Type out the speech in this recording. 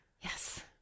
Yes